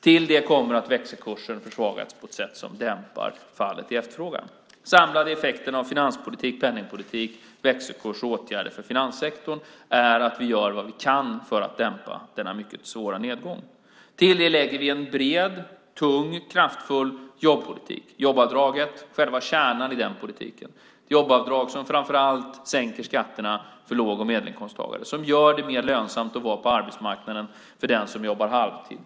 Till det kommer att växelkursen har försvagats på ett sätt som dämpar fallet i efterfrågan. Den samlade effekten av finanspolitik, penningpolitik, växelkurs och åtgärder för finanssektorn är att vi gör vad vi kan för att dämpa denna mycket svåra nedgång. Till det lägger vi en bred, tung, kraftfull jobbpolitik. Jobbskatteavdraget är själva kärnan i den politiken. Jobbskatteavdraget sänker skatterna framför allt för låg och medelinkomsttagare och gör det mer lönsamt att vara på arbetsmarknaden för den som jobbar halvtid.